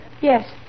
Yes